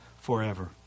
forever